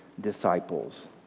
disciples